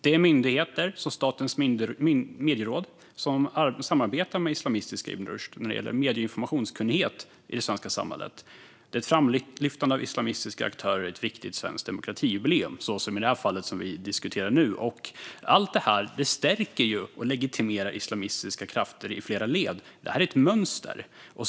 Det är myndigheter som Statens medieråd som samarbetar med islamistiska Ibn Rushd när det gäller medie och informationskunnighet i det svenska samhället. Det är framlyftande av islamistiska aktörer i ett viktigt svenskt demokratijubileum, som i det fall som vi diskuterar nu. Allt detta stärker och legitimerar islamistiska krafter i flera led. Det är ett mönster.